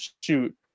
shoot